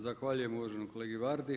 Zahvaljujem uvaženom kolegi Vardi.